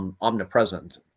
omnipresent